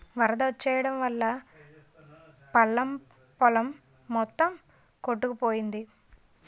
వరదొచ్చెయడం వల్లా పల్లం పొలం మొత్తం కొట్టుకుపోయింది